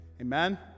amen